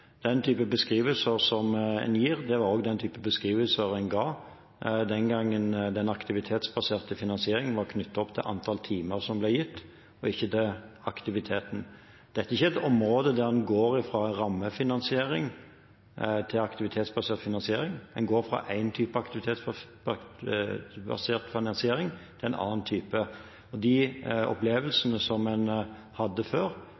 Den typen beskrivelser som en gir, er også den typen beskrivelser en ga den gangen den aktivitetsbaserte finansieringen var knyttet opp til antall timer som ble gitt – ikke til aktiviteten. Dette er ikke et område der en går fra rammefinansiering til aktivitetsbasert finansiering, en går fra en type aktivitetsbasert finansiering til en annen type. De opplevelsene en hadde før,